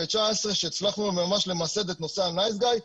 שהצלחנו ממש למסד את נושא הנייס-גאי,